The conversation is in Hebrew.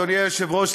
אדוני היושב-ראש,